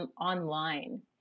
online